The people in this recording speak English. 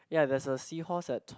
ya there is a seahorse at